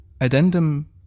Addendum